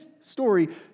story